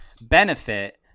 benefit